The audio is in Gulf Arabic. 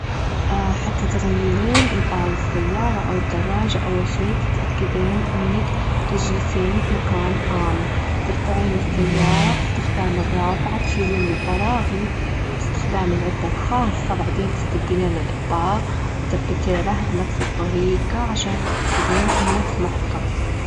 حتى تغيرين إطار السيارة أو الدراجة، أول شي تتأكدين إنك تجلسين بمكان ءامن، ترفعين السيارة باستخدام الرافعة، تشيلي البراغي باستخدام العدة الخاصة، بعدين تستبدلين الإطار، تتبتينها بنفس الطريقة عشان تتأكدين إنه محكم.